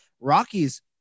Rockies